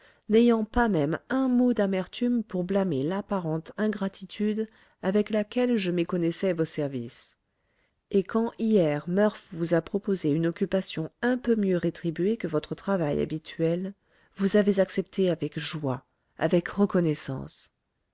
n'ayant pas même un mot d'amertume pour blâmer l'apparente ingratitude avec laquelle je méconnaissais vos services et quand hier murph vous a proposé une occupation un peu mieux rétribuée que votre travail habituel vous avez accepté avec joie avec reconnaissance